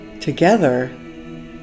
Together